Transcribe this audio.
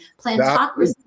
Plantocracy